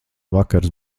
vakars